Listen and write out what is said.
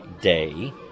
day